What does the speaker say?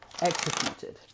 executed